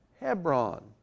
Hebron